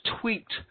tweaked